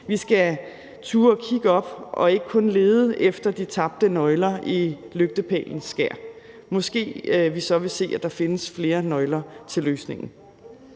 Vi skal turde kigge op og ikke kun lede efter de tabte nøgler i lygtepælenes skær, for så vil vi måske se, at der findes flere nøgler til løsningen.